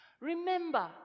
Remember